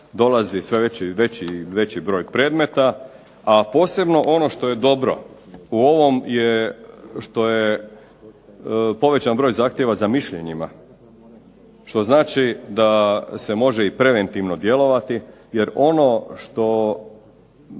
dolazi sve veći broj predmeta, a posebno ono što je dobro u ovom što je povećan broj zahtjeva za mišljenjima. Što znači da se može i preventivno djelovati, jer ono što